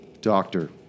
Doctor